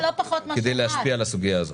כדי להשפיע על הסוגיה הזאת.